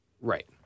Right